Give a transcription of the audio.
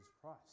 Christ